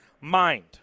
mind